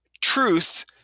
truth